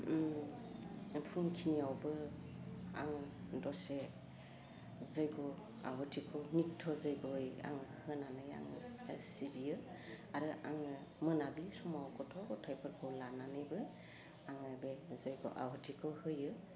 ओम फुं खिनियावबो आङो दसे जय्ग' आहुथिखौ नित्थ जय्ग होयो आङो होनानै आङो सिबियो आरो आङो मोनाब्लि समाव गथ' ग'थाइफोरखौ लानानैबो आङो बे जय्ग' आहुथिखौ होयो